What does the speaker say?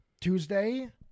tuesday